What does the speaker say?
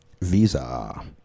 Visa